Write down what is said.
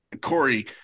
Corey